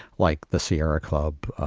like the sierra club,